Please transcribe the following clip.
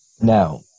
Now